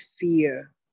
fear